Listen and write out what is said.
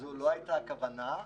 זו לא הייתה הכוונה,